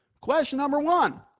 question number one,